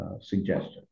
suggestion